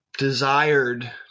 Desired